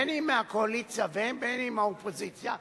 בין מהקואליציה ובין מהאופוזיציה,